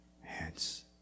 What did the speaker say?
hands